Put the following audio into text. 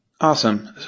Awesome